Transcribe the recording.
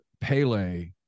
Pele